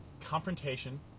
confrontation